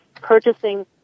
purchasing